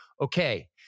Okay